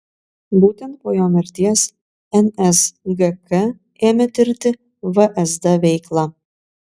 būtent po jo mirties nsgk ėmė tirti vsd veiklą